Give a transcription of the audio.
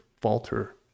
falter